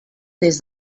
des